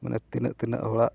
ᱢᱟᱱᱮ ᱛᱤᱱᱟᱹᱜ ᱛᱤᱱᱟᱹᱜ ᱦᱚᱲᱟᱜ